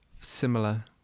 Similar